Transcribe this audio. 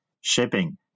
shipping